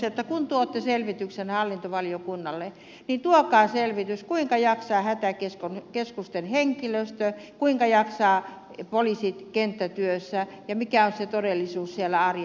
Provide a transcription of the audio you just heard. kun tuotte selvityksen hallintovaliokunnalle niin tuokaa selvitys kuinka jaksaa hätäkeskusten henkilöstö kuinka jaksavat poliisit kenttätyössä ja mikä on se todellisuus siellä arjessa